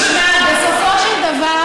תשמע, בסופו של דבר,